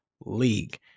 league